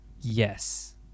Yes